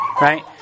right